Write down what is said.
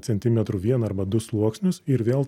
centimentrų vieną arba du sluoksnius ir vėl